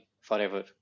forever